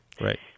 Right